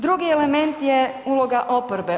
Drugi element je uloga oporbe.